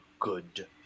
good